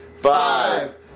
five